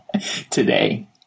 Today